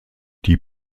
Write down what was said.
die